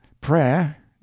prayer